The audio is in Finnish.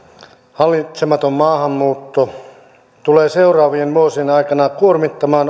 hallitsematon maahanmuutto tulee seuraavien vuosien aikana kuormittamaan